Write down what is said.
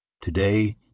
Today